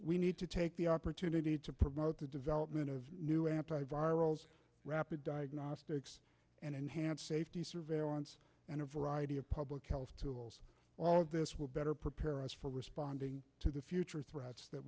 we need to take the opportunity to promote the development of new anti viral rapid diagnostics and enhance safety surveillance and a variety of public health all of this will better prepare us for responding to the future threats that